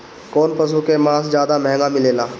कौन पशु के मांस ज्यादा महंगा मिलेला?